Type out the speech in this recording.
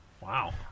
Wow